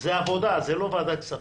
זה עבודה, זה לא ועדת הכנסת.